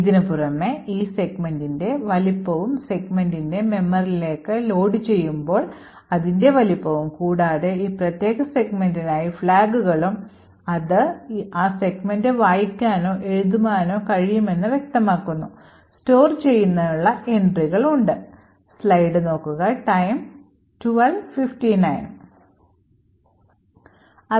ഇതിനു പുറമെ ഈ സെഗ്മെന്റിന്റെ വലിപ്പവും സെഗ്മെന്റിന്റെ മെമ്മറിയിലേക്ക് ലോഡു ചെയ്യുമ്പോൾ അതിന്റെ വലിപ്പവും കൂടാതെ ഈ പ്രത്യേക സെഗ്മെന്റിനായി ഫ്ലാഗുകളും അത് ആ സെഗ്മെന്റ് വായിക്കാനോ എഴുതാനോ കഴിയുമോ എന്ന് വ്യക്തമാക്കുന്നു store ചെയ്യുന്നതിനുള്ള ഉള്ള entryകൾ ഉണ്ട്